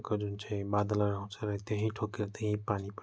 तपाईँको जुन चाहिँ बादलहरू आउँछ र त्यहीँ ठोक्किएर त्यहीँ पानी पर्न जान्छ